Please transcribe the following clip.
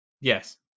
Yes